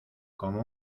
como